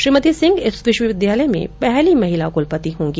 श्रीमती सिंह इस विश्वविद्यालय में पहली महिला कुलपति होंगी